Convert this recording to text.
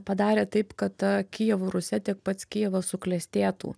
padarė taip kad ta kijevo rusia tiek pats kijevas suklestėtų